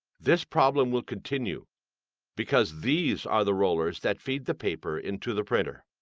this problem will continue because these are the rollers that feed the paper into the printer.